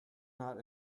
not